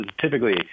typically